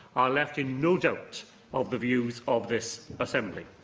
are left in no doubt of the views of this assembly.